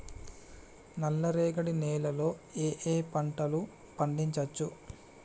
నల్లరేగడి నేల లో ఏ ఏ పంట లు పండించచ్చు?